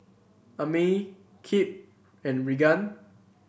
Amey Kip and Reagan